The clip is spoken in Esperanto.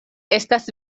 estas